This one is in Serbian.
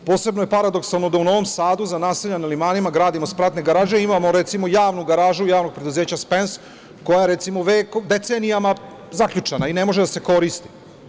Posebno je paradoksalno da u Novom Sadu za naselja na Limanima gradimo spratne garaže a imamo, recimo, javnu garažu javnog preduzeća „Spens“, koja je, recimo, decenijama zaključana i ne može da se koristi.